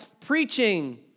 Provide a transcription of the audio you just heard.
preaching